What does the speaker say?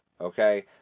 okay